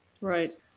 Right